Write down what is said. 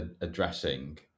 addressing